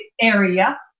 area